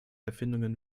erfindungen